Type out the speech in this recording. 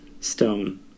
stone